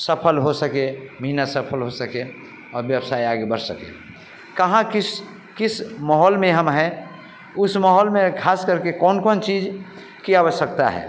सफल हो सके मिहनत सफल हो सके और व्यवसाय आगे बढ़ सके कहाँ किस किस माहौल में हम हैं उस माहौल में ख़ास करके कौन कौन चीज़ की आवश्कता है